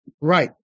Right